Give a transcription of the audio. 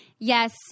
yes